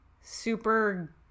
super